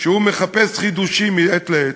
שמחפש חידושים מעת לעת,